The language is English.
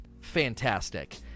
fantastic